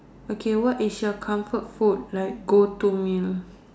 okay what is your comfort food like go to meal